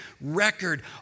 record